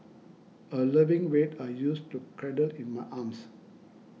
a loving weight I used to cradle in my arms